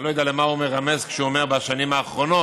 אני לא יודע למה הוא מרמז כשהוא אומר "בשנים האחרונות"